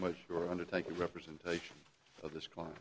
much for undertaking representation of this cl